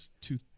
Two